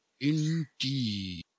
Indeed